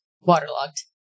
waterlogged